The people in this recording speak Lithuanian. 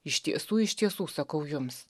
iš tiesų iš tiesų sakau jums